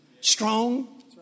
strong